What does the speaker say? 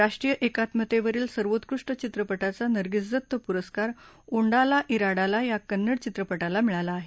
राष्ट्रीय एकात्मतेवरील सर्वोत्कृष्ट चित्रपटाचा नर्गिस दत्त पुरस्कार ओंडाला वाडाला या कन्नड चित्रपटाला मिळाला आहे